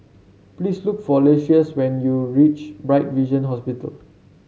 please look for Lucious when you reach Bright Vision Hospital